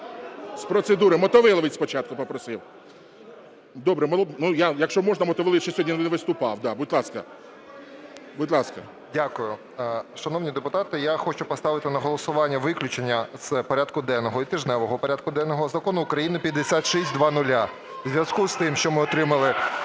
з процедури. Мотовиловець спочатку попросив. Добре, якщо можна, Мотовиловець ще сьогодні не виступав. Да, будь ласка. 13:51:05 МОТОВИЛОВЕЦЬ А.В. Дякую. Шановні депутати, я хочу поставити на голосування виключення з порядку денного і тижневого порядку денного Закону України 5600